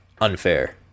unfair